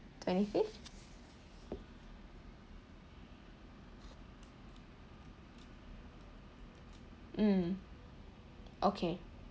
twenty fifth mm okay